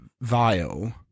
vile